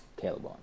Caleb